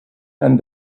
and